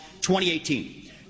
2018